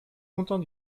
content